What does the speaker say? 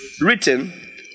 written